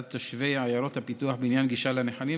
תושבי עיירות הפיתוח בעניין גישה לנחלים,